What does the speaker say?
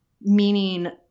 meaning